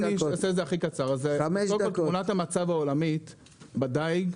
תמונת המצב העולמית בדיג,